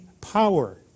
power